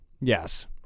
Yes